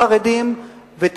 זה החרדים האלה,